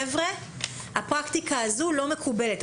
חבר'ה הפרקטיקה הזו לא מקובלת.